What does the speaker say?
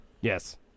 yes